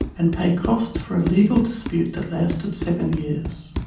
and pay costs for legal dispute that lasted seven years.